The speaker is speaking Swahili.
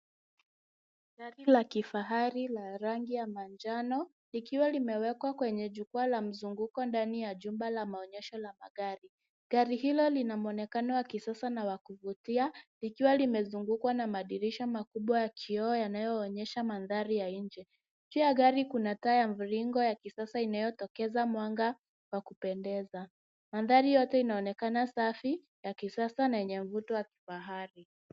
Gari la kifahari la rangi ya manjano likiwa limewekwa kwenye jukwaa la mzungunko ndani ya jumba la maonyesho la magari. gari hilo lina mwonekano wa kisasa na wa kuvutia likiwa limezungukwa na madirisha makubwa ya kioo yanayoonyesha mandhari ya nje. Juu ya gari kuna taa ya mviringo ya kisasa inayotokeza mwanga wa kupendeza. Mandhari yote inaonekana safi, ya kisasa na yenye mvuto wa kifahari.